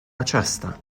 aceasta